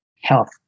health